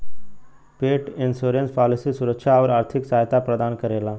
पेट insurance policy सुरक्षा आउर आर्थिक सहायता प्रदान करेला